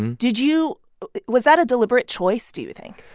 and did you was that a deliberate choice, do you think?